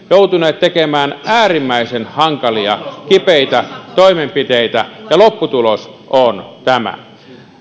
joutuneet tekemään äärimmäisen hankalia kipeitä toimenpiteitä ja lopputulos on tämä